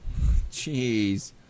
Jeez